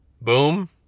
boom